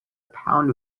pound